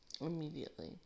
immediately